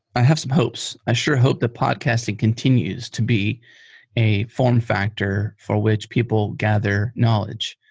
i have some hopes. i sure hope that podcasting continues to be a form factor for which people gather knowledge.